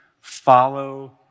follow